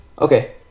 Okay